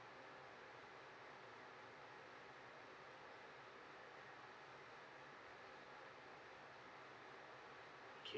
okay